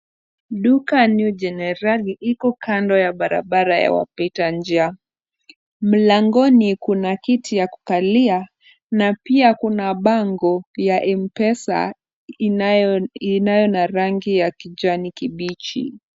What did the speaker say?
Duka New Generali iko kando ya barabara ya wapita njia. Mlangoni kuna kiti ya kukalia na pia kuna bango ya M-Pesa inayo na rangi ya kijani kibichi.